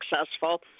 successful